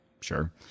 Sure